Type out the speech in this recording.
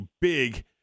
big